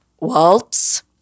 waltz